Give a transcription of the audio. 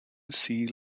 sea